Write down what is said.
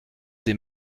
des